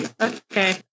Okay